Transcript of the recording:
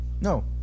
No